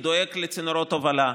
הוא דואג לצינורות הובלה,